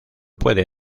puede